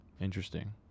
Interesting